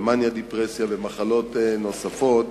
מאניה דפרסיה ומחלות נוספות